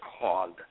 called